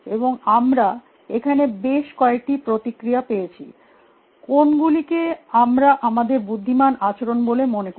এবং আমরা এখানে বেশ কয়েকটি প্রতিক্রিয়া পেযেছি কোনগুলিকে আমরা আমাদের বুদ্ধিমান আচরণ বলে মনে করি